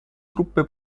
truppe